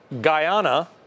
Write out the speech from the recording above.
Guyana